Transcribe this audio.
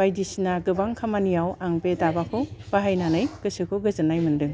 बायदिसिना गोबां खामानियाव आं बे दाबाखौ बाहायनानै गोसोखौ गोजोननाय मोन्दों